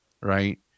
right